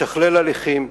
לשכלל הליכים,